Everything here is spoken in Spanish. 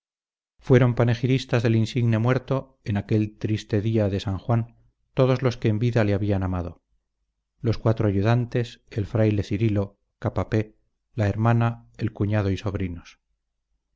fueron panegiristas del insigne muerto en aquel triste día de san juan todos los que en vida le habían amado los cuatro ayudantes el fraile cirilo capapé la hermana el cuñado y sobrinos